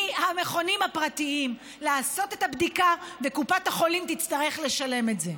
מהמכונים הפרטיים לעשות את הבדיקה וקופת החולים תצטרך לשלם את זה.